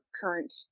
current